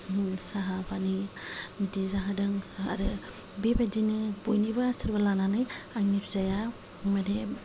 मल साहा पानि बिदि जाहोदों आरो बेबायदिनो बयनिबो आशिर्बाद लानानै आंनि फिसाया माने